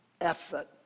effort